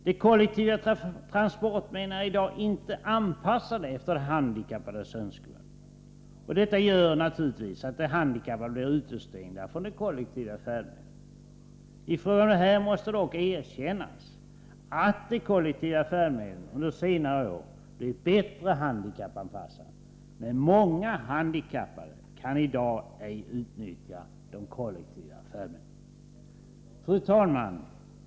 De kollektiva transportmedlen är i dag inte anpassade efter de handikappades önskemål. Detta gör naturligtvis att de handikappade blir utestängda från de kollektiva färdmedlen. I fråga om det här måste dock erkännas att de kollektiva färdmedlen under senare år blivit bättre handikappanpassade — men många handikappade kan i dag ej utnyttja de kollektiva färdmedlen. Fru talman!